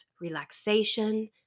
relaxation